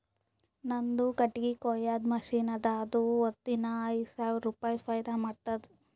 ನಂದು ಕಟ್ಟಗಿ ಕೊಯ್ಯದ್ ಮಷಿನ್ ಅದಾ ಅದು ದಿನಾ ಐಯ್ದ ಸಾವಿರ ರುಪಾಯಿ ಫೈದಾ ಮಾಡ್ತುದ್